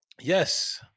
Yes